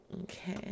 Okay